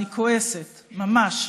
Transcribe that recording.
אני כועסת, ממש.